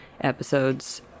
episodes